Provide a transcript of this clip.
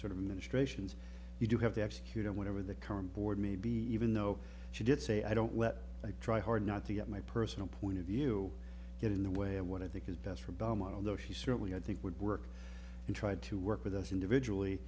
ministrations you do have to execute on whatever the current board may be even though she did say i don't let i try hard not to get my personal point of view get in the way of what i think is best for belmont although she certainly i think would work and tried to work with us individually